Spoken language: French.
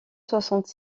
soixante